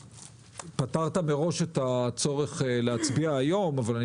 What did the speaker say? פטרת מראש את הצורך להצביע היום אבל אני